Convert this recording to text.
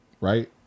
Right